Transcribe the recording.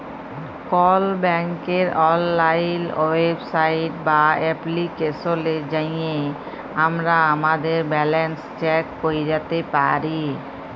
call ব্যাংকের অললাইল website বা এপ্লিকেশলে যাঁয়ে আমরা আমাদের ব্যাল্যাল্স চ্যাক ক্যইরতে পারি